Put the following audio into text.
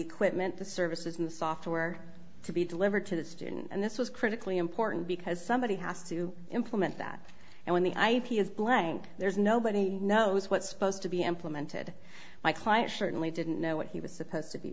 equipment the services in the software to be delivered to the student and this was critically important because somebody has to implement that and when the ip is blank there's nobody knows what supposed to be implemented my client shortly didn't know what he was supposed to be